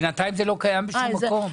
בינתיים זה לא קיים בשום מקום.